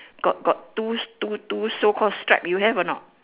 got got two two two so called stripe you have or not